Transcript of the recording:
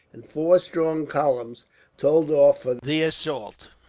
and four strong columns told off for the assault.